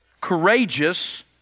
courageous